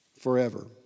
forever